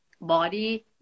body